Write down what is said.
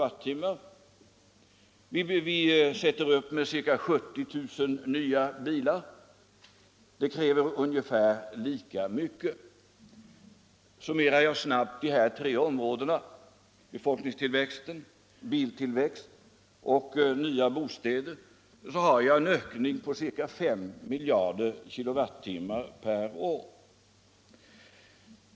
Vi skaffar netto ca 70 000 nya bilar — det kräver ungefär lika mycket energi. Summerar jag snabbt siffrorna för dessa tre områden — befolkningstillväxten, biltillväxten och nya bostäder — kommer jag fram till en ökning på ca 5 miljarder kWh per år.